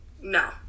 No